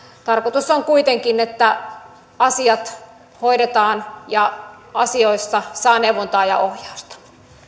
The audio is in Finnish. tarkoitus on kuitenkin että asiat hoidetaan ja asioihin saa neuvontaa ja ohjausta